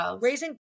raising